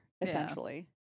essentially